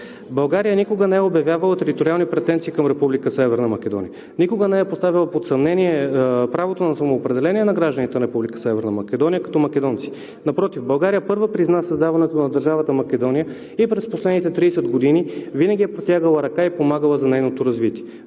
България никога не е обявявала териториални претенции към Република Северна Македония. Никога не е поставяла под съмнение правото на самоопределение на гражданите на Република Северна Македония като македонци. Напротив, България първа призна създаването на държавата Македония и през последните 30 години винаги е протягала ръка и е помагала за нейното развитие.